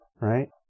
Right